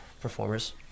performers